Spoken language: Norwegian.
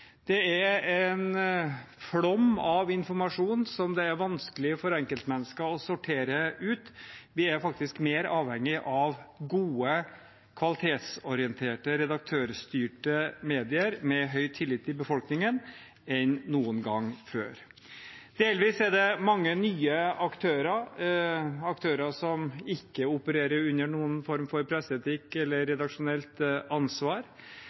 Det er en flom av informasjon som det er vanskelig for enkeltmennesker å sortere ut. Vi er faktisk mer avhengig av gode, kvalitetsorienterte, redaktørstyrte medier med høy tillit i befolkningen enn noen gang før. Delvis er det mange nye aktører som ikke opererer under noen form for presseetikk eller redaksjonelt ansvar.